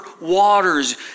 waters